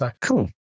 Cool